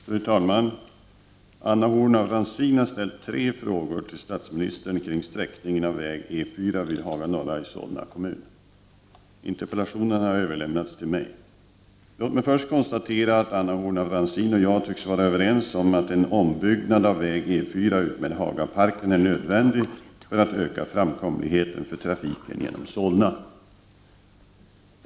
Fru talman! Anna Horn af Rantzien har ställt tre frågor till statsministern kring sträckningen av väg E4 vid Haga Norra i Solna kommun. Interpellationen har överlämnats till mig. Låg mig först konstatera att Anna Horn af Rantzien och jag tycks vara överens om att en ombyggnad av väg E 4 utmed Hagaparken är nödvändig för att öka framkomligheten för trafiken genom Solna.